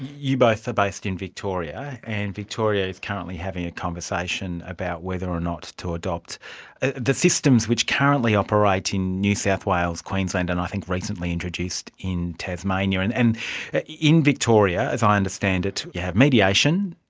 you both are based in victoria, and victoria is currently having a conversation about whether or not to adopt the systems which currently operate in new south wales, queensland and i think recently introduced in tasmania, and and in victoria as i understand it you have mediation,